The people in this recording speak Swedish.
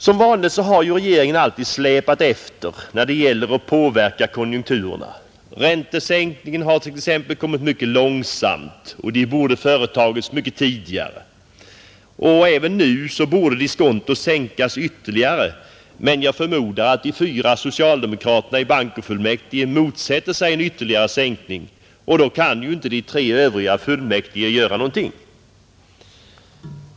Som vanligt har regeringen släpat efter när det gäller att påverka konjunkturen. Räntesänkningarna har t.ex. kommit mycket långsamt Ekonomisk debatt och de borde ha företagits mycket tidigare. Även nu borde diskontot sänkas ytterligare, men jag förmodar att de fyra socialdemokraterna i bankofullmäktige motsätter sig en ytterligare sänkning, och då kan ju inte de tre övriga fullmäktige göra något.